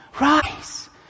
rise